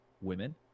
women